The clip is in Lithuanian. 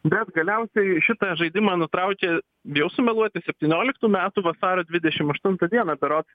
bet galiausiai šitą žaidimą nutraukė bijau sumeluoti septynioliktų metų vasario dvidešim aštuntą dieną berods